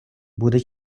буде